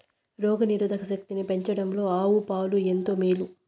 రోగ నిరోధక శక్తిని పెంచడంలో ఆవు పాలు ఎంతో మేలు